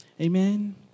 Amen